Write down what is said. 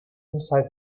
inside